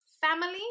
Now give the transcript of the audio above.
family